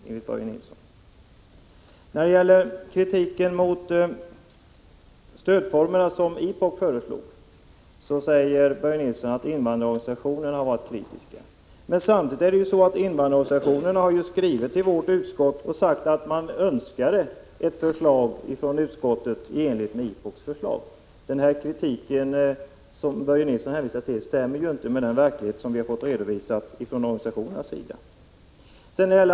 När det gäller de stödformer som IPOK föreslog säger Börje Nilsson att invandrarorganisationerna har varit kritiska. Men samtidigt har ju invandrarorganisationerna skrivit till vårt utskott och sagt att man önskar förslag från utskottet i enlighet med IPOK:s förslag. Den kritik som Börje Nilsson hänvisar till stämmer inte med den verklighet vi fått redovisad för oss från organisationernas sida.